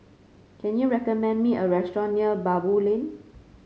can you recommend me a restaurant near Baboo Lane